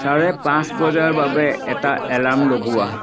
চাৰে পাঁচ বজাৰ বাবে এটা এলাৰ্ম লগোৱা